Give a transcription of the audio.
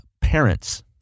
parents